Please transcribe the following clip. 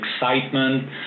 excitement